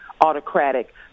autocratic